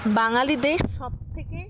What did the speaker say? বাঙালিদের সব থেকে